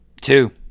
Two